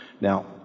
now